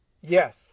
Yes